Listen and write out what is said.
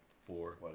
four